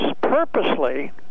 purposely